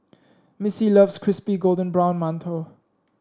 Missy loves Crispy Golden Brown Mantou